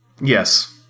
Yes